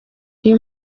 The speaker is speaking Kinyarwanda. uyu